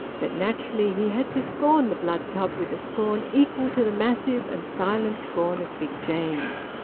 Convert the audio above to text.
but naturally he had to scorn the blood tub with a scorn equal to the massive and silent scorn of big james.